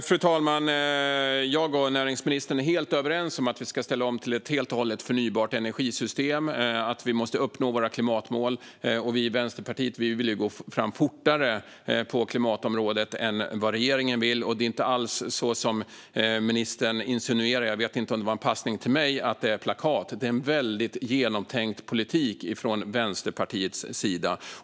Fru talman! Jag och näringsministern är helt överens om att vi ska ställa om till ett helt och hållet förnybart energisystem och att vi måste uppnå våra klimatmål. Vi i Vänsterpartiet vill gå fortare fram på klimatområdet än regeringen vill. Det är inte alls som ministern insinuerar. Och jag vet inte om det var en passning till mig att det var fråga om plakat. Det är en väldigt genomtänkt politik från Vänsterpartiets sida.